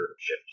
ships